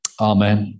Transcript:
Amen